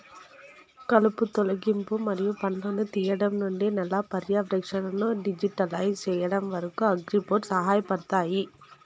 కలుపు తొలగింపు మరియు పండ్లను తీయడం నుండి నేల పర్యవేక్షణను డిజిటలైజ్ చేయడం వరకు, అగ్రిబోట్లు సహాయపడతాయి